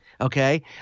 okay